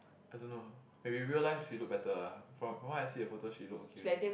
I don't know maybe real life she look better ah from from what I see the photo she look okay only